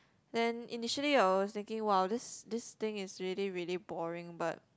then initially I was thinking !wow! this this thing is really really boring but